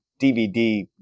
DVD